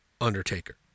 Undertaker